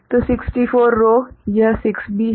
तो 64 रो यहा 6 भी हैं